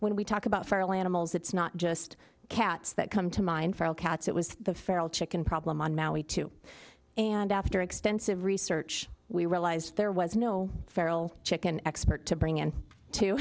when we talk about feral animals it's not just cats that come to mind feral cats it was the feral chicken problem on maui too and after extensive research we realised there was no feral chicken expert to bring in to